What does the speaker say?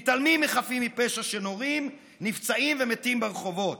מתעלמים מחפים מפשע שנורים, נפצעים ומתים ברחובות.